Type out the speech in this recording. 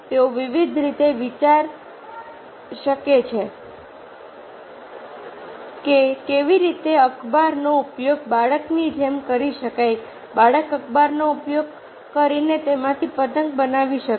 તેઓ વિવિધ રીતે વિચારી શકે છે કે કેવી રીતે અખબારનો ઉપયોગ બાળકની જેમ કરી શકાય બાળક અખબારનો ઉપયોગ કરીને તેમાંથી પતંગ બનાવી શકે